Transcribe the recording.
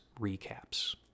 recaps